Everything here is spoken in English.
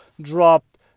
dropped